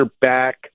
back